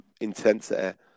intensity